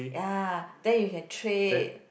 ya then you can trade